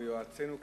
ויועצינו כבתחילה,